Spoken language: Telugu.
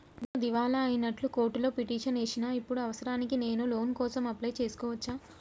నేను దివాలా అయినట్లు కోర్టులో పిటిషన్ ఏశిన ఇప్పుడు అవసరానికి నేను లోన్ కోసం అప్లయ్ చేస్కోవచ్చా?